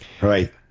Right